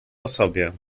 osobie